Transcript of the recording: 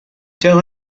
tell